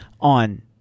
on